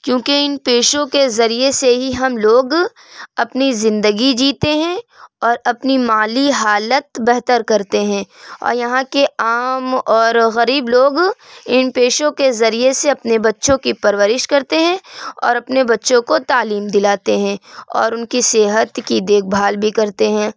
کیونکہ ان پیشوں کے ذریعے سے ہی ہم لوگ اپنی زندگی جیتے ہیں اور اپنی مالی حالت بہتر کرتے ہیں اور یہاں کے عام اور غریب لوگ ان پیشوں کے ذریعے سے اپنے بچوں کی پرورش کرتے ہیں اور اپنے بچوں کو تعلیم دلاتے ہیں اور ان کی صحت کی دیکھ بھال بھی کرتے ہیں